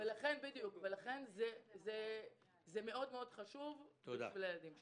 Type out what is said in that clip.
זה מאד חשוב לילדים שלנו.